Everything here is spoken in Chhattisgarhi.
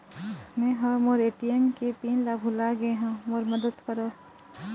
मै ह मोर ए.टी.एम के पिन ला भुला गे हों मोर मदद करौ